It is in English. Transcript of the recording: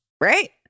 right